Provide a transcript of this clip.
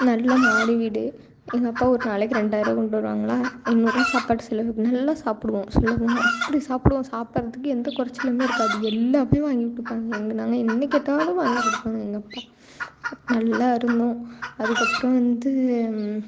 நல்லா மாடி வீடு எங்கள் அப்பா ஒரு நாளைக்கு ரெண்டாயரருவா கொண்டு வருவாங்க எழுநூறுவா சாப்பாட்டு செலவுக்கு நல்லா சாப்பிடுவோம் சொல்லப் போனால் அப்படி சாப்பிடுவோம் சாப்பிட்றதுக்கு எந்த கொறைச்சலுமே இருக்காது எல்லாம் வாங்கிக் கொடுப்பாங்க இங்கே நாங்கள் என்ன கேட்டாலும் வாங்கிக் கொடுப்பாங்க எங்கள் அப்பா நல்லா இருந்தோம் அதுக்கப்பறம் வந்து